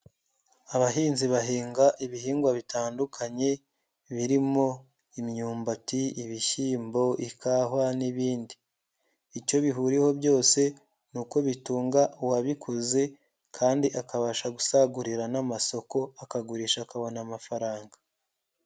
Abahinzi bahinga ibihingwa bitandukanye birimo: imyumbati, ibishyimbo, ikawa n'ibindi, icyo bihuriho byose ni uko bitunga uwabikoze kandi akabasha gusagurira n'amasoko, akagurisha akabona amafaranga.